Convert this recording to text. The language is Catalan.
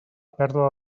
pèrdua